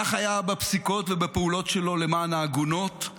כך היה בפסיקות ובפעולות שלו למען העגונות,